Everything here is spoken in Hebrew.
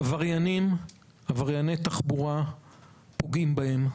עברייני תחבורה פוגעים בהם,